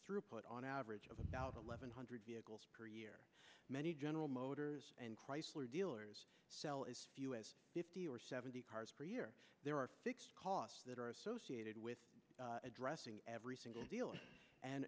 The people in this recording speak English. throughput on average of about eleven hundred vehicles per year many general motors and chrysler dealers sell as few as fifty or seventy cars per year there are fixed costs that are associated with addressing every single dealer and